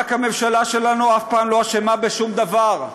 רק הממשלה שלנו אף פעם לא אשמה בשום דבר.